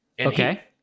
Okay